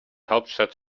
hauptstadt